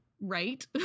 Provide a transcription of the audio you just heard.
right